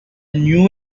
new